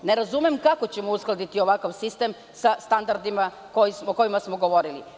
Ne razumem kako ćemo uskladiti ovakav sistem sa standardima o kojima smo govorili.